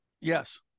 Yes